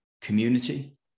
community